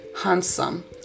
handsome